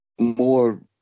more